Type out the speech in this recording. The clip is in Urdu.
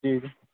جی